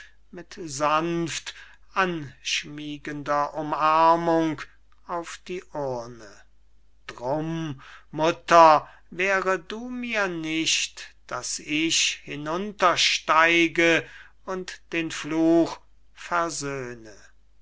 mit sanft anschmiegender umarmung auf die urne drum mutter wehre du mir nicht daß ich hinuntersteige und den fluch